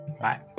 Bye